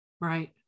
Right